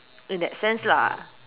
in that sense lah